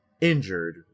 injured